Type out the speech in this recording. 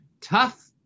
tough